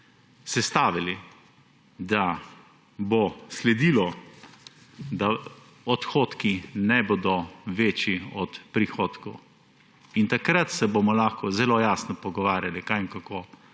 sestavili, da bo sledilo, da odhodki ne bodo večji od prihodkov. Takrat se bomo lahko zelo jasno pogovarjali, kaj in kako.